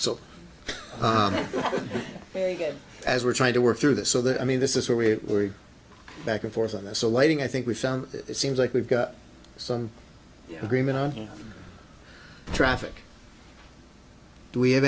good as we're trying to work through that so that i mean this is where we were back and forth on this so lighting i think we found that it seems like we've got some agreement on traffic do we have